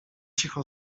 cicho